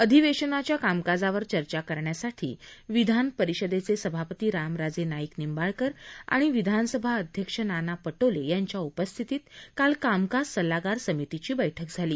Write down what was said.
अधिवेशनाच्या कामकाजावर चर्चा करण्यासाठी विधान परिषदेचे सभापती रामराजे नाईक निंबाळकर आणि विधानसभा अध्यक्ष नाना पटोले यांच्या उपस्थितीत काल कामकाज सल्लागार समितीची बैठक झाली